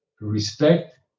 respect